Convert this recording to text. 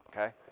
Okay